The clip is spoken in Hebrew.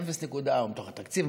או מתוך התקציב,